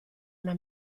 una